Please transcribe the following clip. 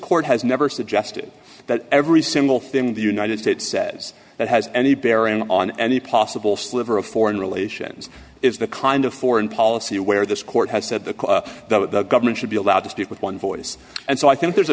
court has never suggested that every single thing the united states says that has any bearing on any possible sliver of foreign relations is the kind of foreign policy where this court has said that the government should be allowed to speak with one voice and so i think there's a